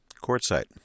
quartzite